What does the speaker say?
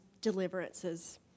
deliverances